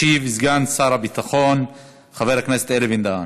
ישיב סגן שר הביטחון חבר הכנסת אלי בן-דהן.